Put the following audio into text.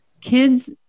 kids